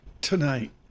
tonight